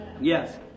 Yes